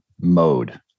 mode